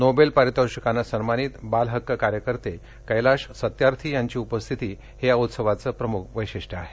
Nobel पारितोषिकानं सन्मानित बाल हक्क कार्यकर्ते कैलाश सत्यार्थी यांची उपस्थिती हे या उत्सवाचं प्रमुख वैशिष्ट्य आहे